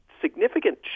significant